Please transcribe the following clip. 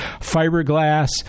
fiberglass